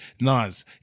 Nas